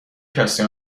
کسی